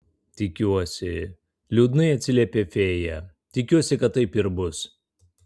tikiuosi liūdnai atsiliepė fėja tikiuosi kad taip ir bus